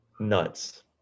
nuts